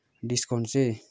discount चाहिँ